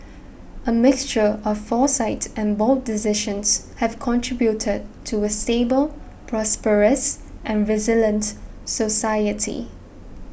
a mixture of foresight and bold decisions have contributed to a stable prosperous and resilient society